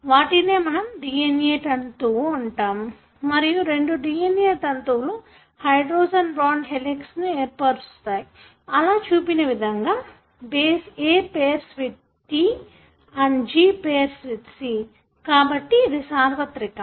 వాటినే మనము DNA తంతువు అంటాము మరియు రెండు DNA తంతువులు హైడ్రోజన్ బాండ్ హెలిక్స్ ను ఏర్పరుస్తాయి ఇలా చూపిన విధంగా base A pairs with T G pairs with C కాబట్టి ఇది సార్వత్రికం